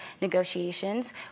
negotiations